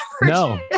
No